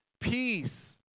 peace